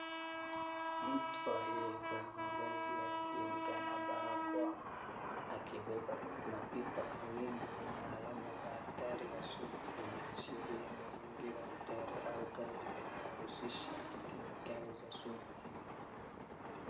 Mtu aliyevaa mavazi ya kinga na barakoa akibeba mapipa mawili yenye alama ya hatari ya sumu, inaashiria mazingira hatari au kazi inayohusisha kemikali za sumu.